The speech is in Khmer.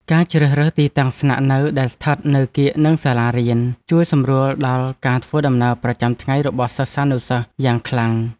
ការជ្រើសរើសទីតាំងស្នាក់នៅដែលស្ថិតនៅកៀកនឹងសាលារៀនជួយសម្រួលដល់ការធ្វើដំណើរប្រចាំថ្ងៃរបស់សិស្សានុសិស្សយ៉ាងខ្លាំង។